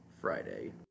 Friday